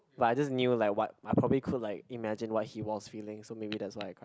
like I just knew like what I probably could like imagine what he was feeling so maybe that's why I cried